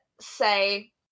say